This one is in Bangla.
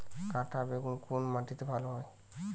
কাঁটা বেগুন কোন মাটিতে ভালো হয়?